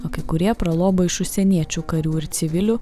o kai kurie pralobo iš užsieniečių karių ir civilių